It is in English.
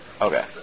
Okay